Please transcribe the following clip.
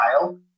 file